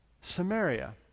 Samaria